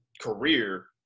career